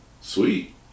Sweet